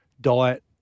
Diet